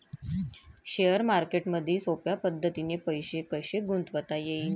Share मार्केटमधी सोप्या पद्धतीने पैसे कसे गुंतवता येईन?